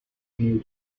иную